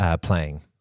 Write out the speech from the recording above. playing